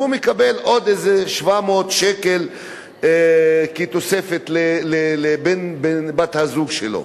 הוא מקבל עוד 700 שקל כתוספת לבת-הזוג שלו.